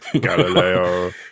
Galileo